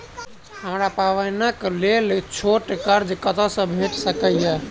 हमरा पाबैनक लेल छोट कर्ज कतऽ सँ भेटि सकैये?